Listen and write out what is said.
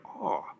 awe